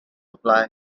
apply